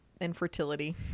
infertility